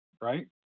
right